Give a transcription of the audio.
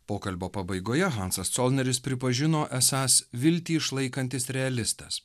pokalbio pabaigoje hansas colneris pripažino esąs viltį išlaikantis realistas